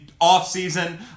off-season